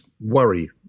worry